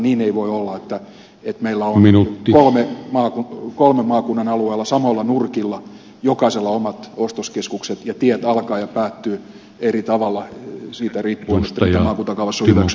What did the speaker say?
niin ei voi olla että meillä on kolmen maakunnan alueella samoilla nurkilla jokaisella omat ostoskeskukset ja tiet alkavat ja päättyvät eri tavalla siitä riippuen mitä maakuntakaavassa on hyväksytty